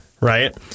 right